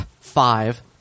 five